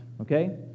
okay